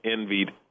envied